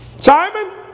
Simon